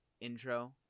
intro